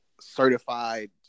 certified